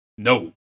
No